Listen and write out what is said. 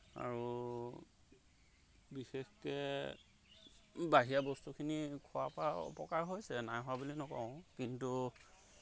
আৰু বিশেষকৈ বাহিৰা বস্তুখিনি খোৱাৰপৰা অপকাৰ হৈছে নাই হোৱা বুলি নকওঁ কিন্তু